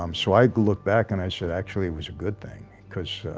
um so i'd look back and i said actually it was a good thing because